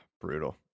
brutal